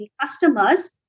customers